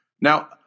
Now